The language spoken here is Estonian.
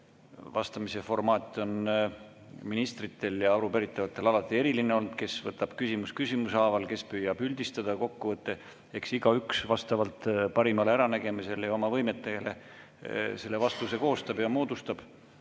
Vastamise formaat on ministritel ja arupäritavatel alati erinev olnud: kes võtab küsimus küsimuse haaval, kes püüab üldistada kokkuvõtte. Eks igaüks vastavalt parimale äranägemisele ja oma võimetele selle vastuse koostab. Nii ka